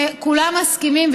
כולם מסכימים,